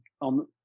on